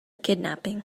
kidnapping